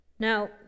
Now